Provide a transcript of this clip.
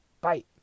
Bye